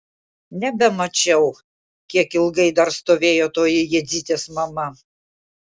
nebemačiau kiek ilgai dar stovėjo toji jadzytės mama